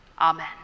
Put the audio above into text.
Amen